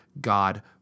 God